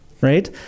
right